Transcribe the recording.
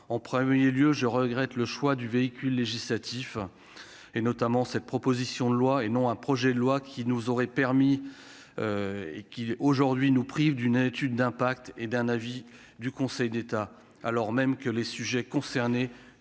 en 1er lieu je regrette le choix du véhicule législatif et notamment cette proposition de loi et non un projet de loi qui nous aurait permis et qui aujourd'hui nous prive d'une étude d'impact et d'un avis du Conseil d'État, alors même que les sujets concernés tous nos